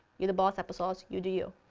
you the boss apple sauce, you do you.